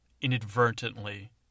inadvertently